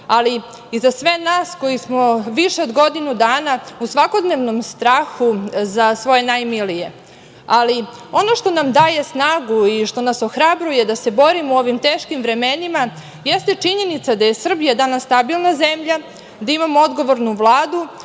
ali i za sve nas koji smo više od godinu dana u svakodnevnom strahu za svoje najmilije. Ono što nam daje snagu i što nas ohrabruje da se borimo u ovim teškim vremenima jeste činjenica da je Srbija danas stabilna zemlja, da imamo odgovornu Vladu